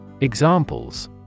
Examples